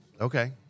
Okay